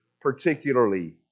particularly